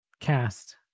cast